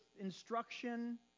instruction